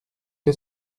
que